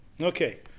Okay